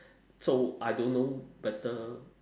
so I don't know whether